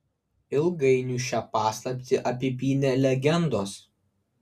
ilgainiui šią paslaptį apipynė legendos